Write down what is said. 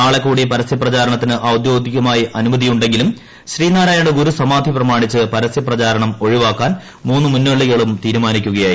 നാളെ കൂടി പരസ്യപ്രപ്പിട്ടുണ്ത്തിന് ഔദ്യോഗികമായി അനുമതിയുണ്ടെങ്കിലും ശ്രീനാരായണുകുരും സ്മാധി പ്രമാണിച്ച് പരസ്യപ്രചാരണം ഒഴിവാക്കാൻ മൂന്നു മുന്നണികളും തീരുമാനിക്കുകയായിരുന്നു